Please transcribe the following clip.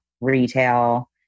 retail